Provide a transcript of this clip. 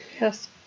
Yes